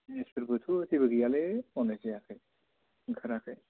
business for both' जेबो गैयालै मावनाय जायाखै ओंखाराखै